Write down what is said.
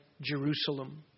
Jerusalem